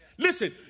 Listen